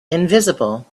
invisible